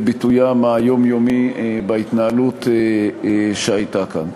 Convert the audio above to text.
ביטוים היומיומי בהתנהלות שהייתה כאן.